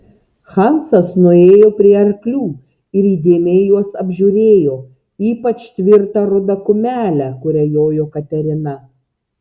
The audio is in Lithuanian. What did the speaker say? hansas nuėjo prie arklių ir įdėmiai juos apžiūrėjo ypač tvirtą rudą kumelę kuria jojo katerina